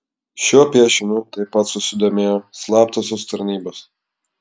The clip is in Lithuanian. šiuo piešiniu taip pat susidomėjo slaptosios tarnybos